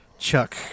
chuck